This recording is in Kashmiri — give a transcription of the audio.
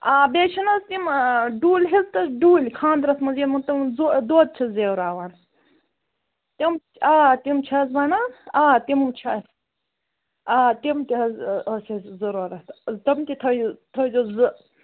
آ بیٚیہِ چھُناہ حظ تِم ڈُلۍ حظ ڈُلۍ خانٛدرس منٛز یِمن تِمن دۄد چھِ زٮ۪وٕراوان تِم آ تِم چھِ حظ بَنان آ تِم چھِ اَسہِ آ تِم تہِ حظ ٲسۍ اَسہِ ضروٗرت تِم تہِ تھٲوِو تھٲوزیٚو زٕ